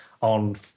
on